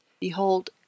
Behold